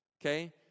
Okay